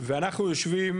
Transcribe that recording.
ואנחנו יושבים